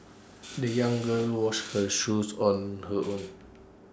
the young girl washed her shoes on her own